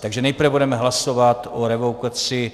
Takže nejprve budeme hlasovat o revokaci